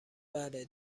بله